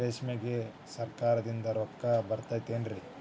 ರೇಷ್ಮೆಗೆ ಸರಕಾರದಿಂದ ರೊಕ್ಕ ಬರತೈತೇನ್ರಿ?